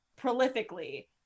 prolifically